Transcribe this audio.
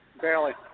Barely